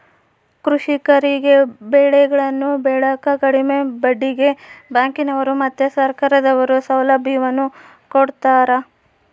ಕೃಷಿಕರಿಗೆ ಬೆಳೆಗಳನ್ನು ಬೆಳೆಕ ಕಡಿಮೆ ಬಡ್ಡಿಗೆ ಬ್ಯಾಂಕಿನವರು ಮತ್ತೆ ಸರ್ಕಾರದವರು ಸೌಲಭ್ಯವನ್ನು ಕೊಡ್ತಾರ